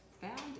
found